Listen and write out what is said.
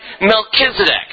Melchizedek